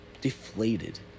deflated